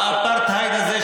והאפרטהייד הזה,